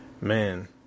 man